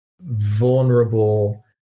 vulnerable